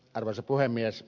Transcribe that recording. arvoisa puhemies